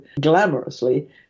glamorously